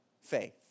faith